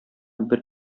бер